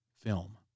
film